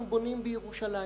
אנחנו בונים בירושלים.